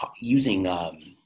using